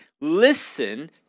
listen